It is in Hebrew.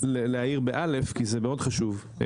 להאיר כי זה מאוד חשוב.